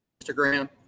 Instagram